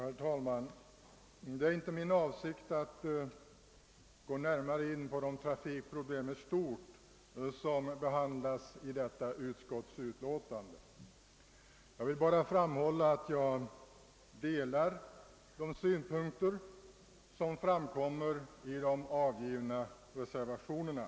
Herr talman! Det är inte min avsikt att gå närmare in på de trafikproblem i stort som behandlas i detta utskottsutlåtande; jag vill bara framhålla att jag delar de synpunkter som framkommer i de avgivna reservationerna.